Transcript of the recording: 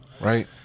Right